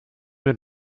mit